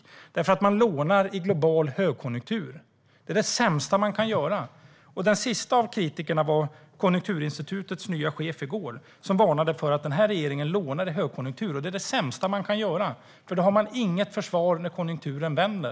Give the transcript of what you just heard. Man lånar nämligen i en global högkonjunktur, vilket är det sämsta man kan göra. Den senaste av kritikerna var Konjunkturinstitutets nya chef, som i går varnade för att regeringen lånar i högkonjunktur. Det är det sämsta man kan göra, för då har man inget försvar när konjunkturen vänder.